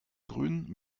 grün